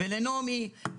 לנעמי,